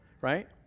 right